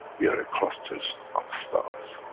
we are a clusters of stars.